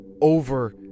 over